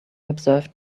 observed